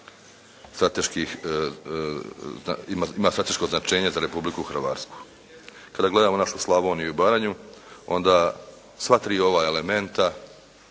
ima strateško značenje za Republiku Hrvatsku. Kada gledamo našu Slavoniju i Baranju onda sva tri ova elementa,